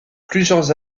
plusieurs